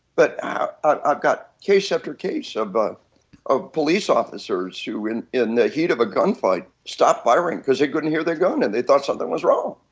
but i ah ah got case after case of but ah police officers who in the heat of a gun fight stopped firing because they couldn't hear their gun and they thought something was wrong.